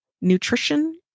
nutrition